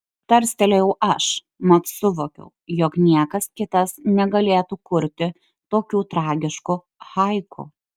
tarstelėjau aš mat suvokiau jog niekas kitas negalėtų kurti tokių tragiškų haiku